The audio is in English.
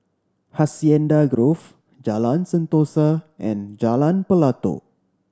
Hacienda Grove Jalan Sentosa and Jalan Pelatok